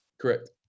Correct